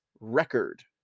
record